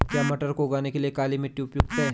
क्या मटर को उगाने के लिए काली मिट्टी उपयुक्त है?